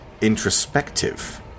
introspective